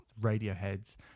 Radiohead's